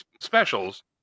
specials